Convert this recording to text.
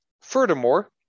Furthermore